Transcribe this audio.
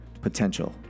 potential